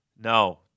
No